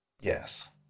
Yes